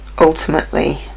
ultimately